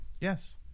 Yes